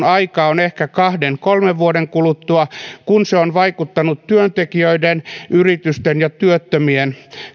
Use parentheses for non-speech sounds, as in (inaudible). (unintelligible) aika on ehkä kahden kolmen vuoden kuluttua kun se on vaikuttanut työntekijöiden yritysten ja työttömien